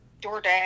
DoorDash